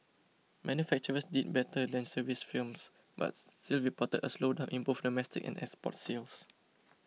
manufacturers did better than services firms but still reported a slowdown in both domestic and export sales